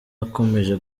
wakomeje